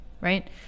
right